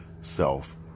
self